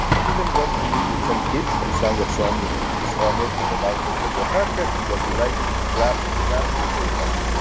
he then went to meet with some kids who sang a song and in his honor in the mountains of work. ah he was delighted he clapped and clapped. he was very happy.